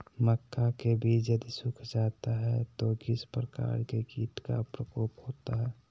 मक्का के बिज यदि सुख जाता है तो किस प्रकार के कीट का प्रकोप होता है?